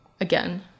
again